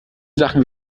sachen